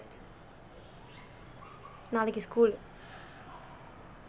நாளைக்கு:nalaikku school